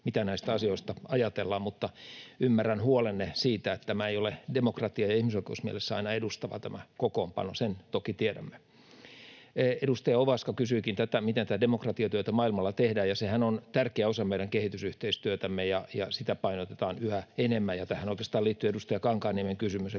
mitä näistä asioista ajatellaan, mutta ymmärrän huolenne siitä, että tämä ei ole demokratia‑ ja ihmisoikeusmielessä aina edustava kokoonpano. Sen toki tiedämme. Edustaja Ovaska kysyikin, miten tätä demokratiatyötä maailmalla tehdään, ja sehän on tärkeä osa meidän kehitysyhteistyötämme ja sitä painotetaan yhä enemmän. Ja tähän oi- keastaan liittyy edustaja Kankaanniemen kysymys